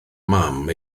mam